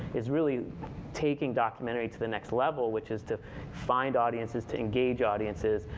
is really taking documentary to the next level, which is to find audiences, to engage audiences,